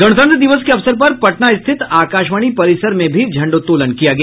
गणतंत्र दिवस के अवसर पर पटना स्थित आकाशवाणी परिसर में भी झंडोत्तोलन किया गया